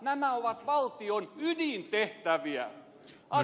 nämä ovat valtion ydintehtäviä